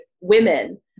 women